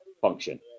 function